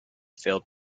failed